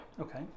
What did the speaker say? okay